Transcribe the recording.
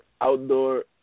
outdoor